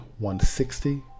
160